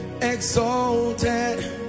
exalted